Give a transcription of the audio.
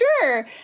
sure